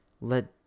let